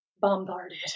bombarded